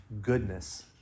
goodness